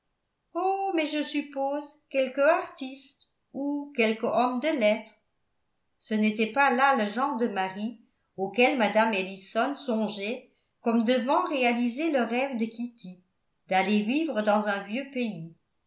oh mais je suppose quelque artiste ou quelque homme de lettres ce n'était pas là le genre de mari auquel mme ellison songeait comme devant réaliser le rêve de kitty d'aller vivre dans un vieux pays